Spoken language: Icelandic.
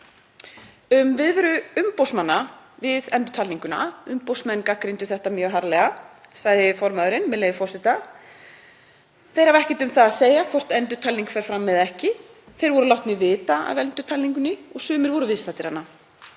Um viðveru umboðsmanna við endurtalninguna, umboðsmenn gagnrýndu þetta mjög harðlega, sagði formaðurinn: „Þeir hafa ekkert um það að segja hvort endurtalning fer fram eða ekki. Þeir voru látnir vita af endurtalningunni og sumir voru viðstaddir hana.“